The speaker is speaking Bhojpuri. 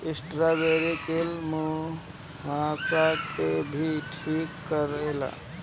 स्ट्राबेरी कील मुंहासा के भी ठीक कर देला